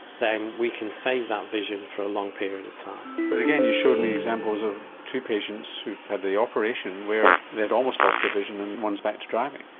then we can save that vision for a long period of time. but again you showed me examples of two patients who've had the operation where they'd almost lost their vision and one is back to driving.